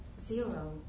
zero